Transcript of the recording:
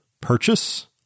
purchase